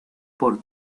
por